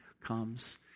comes